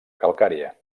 calcària